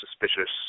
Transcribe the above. suspicious